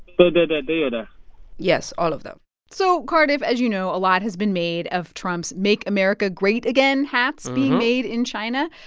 but and and but yes, all of them so, cardiff, as you know, a lot has been made of trump's make america great again hats being made in china.